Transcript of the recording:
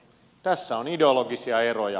tässä on ideologisia eroja